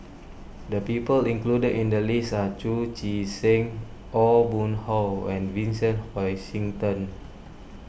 the people included in the list are Chu Chee Seng Aw Boon Haw and Vincent Hoisington